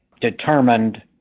determined